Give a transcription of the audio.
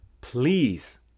please